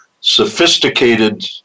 sophisticated